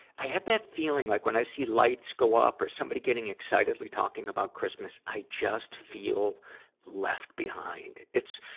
i have that feeling, like when i see lights go up or somebody getting excitedly talking about christmas, i just feel left behind. it's,